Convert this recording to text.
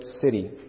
city